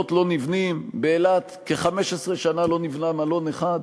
ככה לא מנצחים, ככה מפסידים גם למחבלים